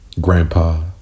grandpa